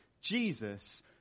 Jesus